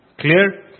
Clear